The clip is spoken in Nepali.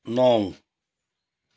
नौ